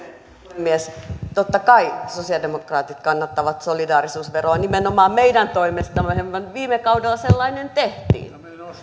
puhemies totta kai sosialidemokraatit kannattavat solidaarisuusveroa nimenomaan meidän toimestammehan viime kaudella sellainen tehtiin